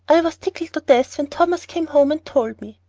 i was tickled to death when thomas came home and told me.